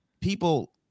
people